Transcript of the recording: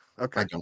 Okay